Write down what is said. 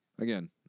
again